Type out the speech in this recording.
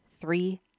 three